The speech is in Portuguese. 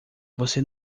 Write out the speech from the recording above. você